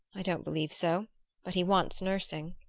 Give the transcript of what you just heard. i don't believe so but he wants nursing.